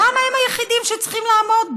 למה הם היחידים שצריכים לעמוד בו?